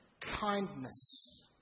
kindness